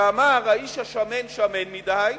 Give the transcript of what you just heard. שאמר: האיש השמן שמן מדי,